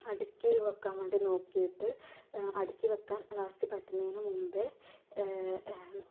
അടുക്കി വെക്കാൻ വേണ്ടി നോക്കിയിട്ട് അടുക്കി വെക്കാൻ ലാസ്റ്റ് പറ്റുന്നതിനു മുൻപേ